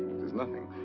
it is nothing.